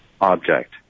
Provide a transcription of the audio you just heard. object